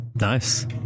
Nice